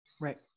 Right